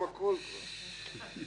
איזה שר?